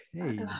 Okay